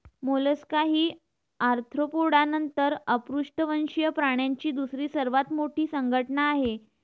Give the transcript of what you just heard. Mollusca ही Arthropoda नंतर अपृष्ठवंशीय प्राण्यांची दुसरी सर्वात मोठी संघटना आहे